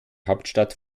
hauptstadt